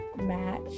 match